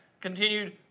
continued